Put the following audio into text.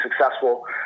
successful